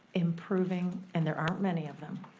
improving, and there aren't many of them.